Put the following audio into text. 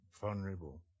vulnerable